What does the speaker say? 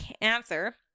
cancer